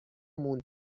موند